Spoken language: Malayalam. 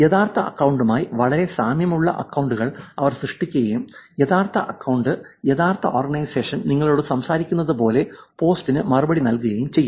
യഥാർത്ഥ അക്കൌണ്ടുമായി വളരെ സാമ്യമുള്ള അക്കൌണ്ടുകൾ അവർ സൃഷ്ടിക്കുകയും യഥാർത്ഥ അക്കൌണ്ട് യഥാർത്ഥ ഓർഗനൈസേഷൻ നിങ്ങളോട് സംസാരിക്കുന്നത് പോലെ പോസ്റ്റിന് മറുപടി നൽകുകയും ചെയ്യും